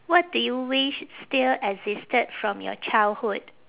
what do you wish still existed from your childhood